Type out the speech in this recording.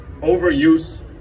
overuse